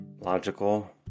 logical